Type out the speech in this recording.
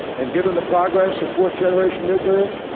and, given the progress of fourth generation nuclear?